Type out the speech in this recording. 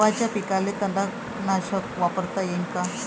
गव्हाच्या पिकाले तननाशक वापरता येईन का?